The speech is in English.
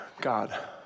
God